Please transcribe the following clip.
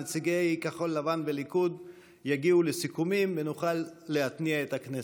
נציגי כחול לבן והליכוד יגיעו לסיכומים ונוכל להתניע את הכנסת.